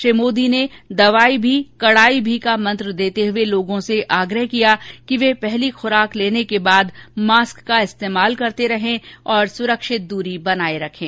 श्री मोदी ने दवाई भी कड़ाई भी का मंत्र देते हुए लोगों से आग्रह किया कि वे पहली ख्राक लेने के बाद मास्क का इस्तेमाल करते रहे और सुरक्षित दूरी बनाए रखें